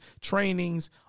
trainings